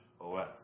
OS